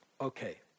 Okay